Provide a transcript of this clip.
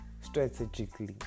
strategically